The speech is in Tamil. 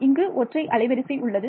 இங்கு ஒற்றை அலைவரிசை உள்ளது